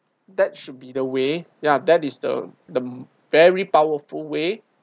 that should be the way ya that is the the very powerful way